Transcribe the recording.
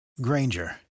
Granger